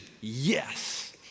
yes